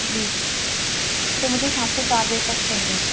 جی تو مجھے شام کو چار بجے تک چاہیے